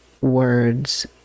words